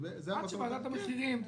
זה המצב --- עד שוועדת המחירים תתכנס.